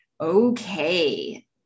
Okay